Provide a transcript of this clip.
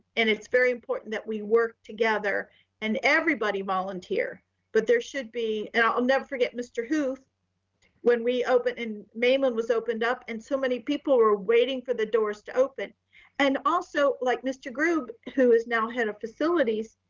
and it's very important that we work together and everybody volunteer but there should be. and i'll never forget, mr. hooth when we opened and mainland was opened up. and so many people were waiting for the doors to open and also like mr. hooth, who is now head of facilities.